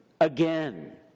again